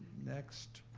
next.